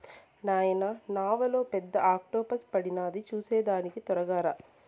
నాయనా నావలో పెద్ద ఆక్టోపస్ పడినాది చూసేదానికి తొరగా రా